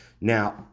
Now